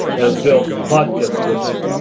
as bill plotkin puts it.